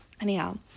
Anyhow